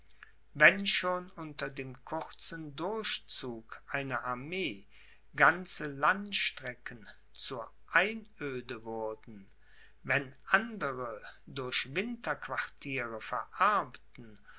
wenn schon unter dem kurzen durchzug einer armee ganze landstrecken zur einöde wurden wenn andere durch winterquartiere verarmten